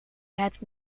het